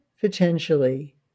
potentially